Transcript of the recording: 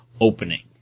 opening